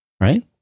right